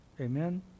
Amen